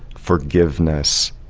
forgiveness,